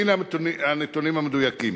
והנה הנתונים המדויקים: